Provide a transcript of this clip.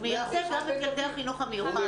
הוא מייצג גם את ילדי החינוך המיוחד.